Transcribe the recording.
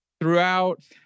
Throughout